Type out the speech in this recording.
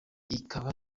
ikaba